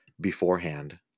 beforehand